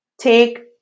take